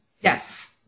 Yes